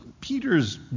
Peter's